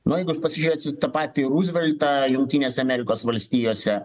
nu jeigu jūs pasižiūrėsit tą patį ruzveltą jungtinėse amerikos valstijose